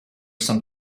some